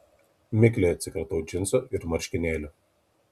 mikliai atsikratau džinsų ir marškinėlių